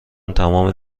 تمام